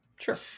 Sure